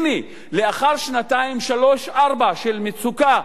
הנה, לאחר שנתיים, שלוש שנים, ארבע, של מצוקה,